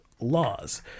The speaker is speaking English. laws